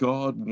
God